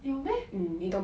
有 meh